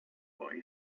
boy